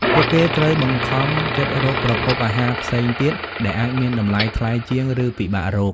ពួកគេត្រូវបង្ខំចិត្តរកប្រភពអាហារផ្សេងទៀតដែលអាចមានតម្លៃថ្លៃជាង ឬពិបាករក។